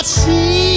see